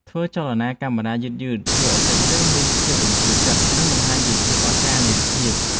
ធ្វើចលនាកាមេរ៉ាយឺតៗជួយឱ្យសាច់រឿងមានភាពរំជួលចិត្ត និង បង្ហាញពីភាពអស្ចារ្យនៃរូបភាព។